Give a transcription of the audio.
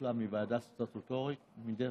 שפוצלה מוועדה סטטוטורית, מחוק,